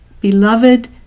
beloved